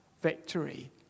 victory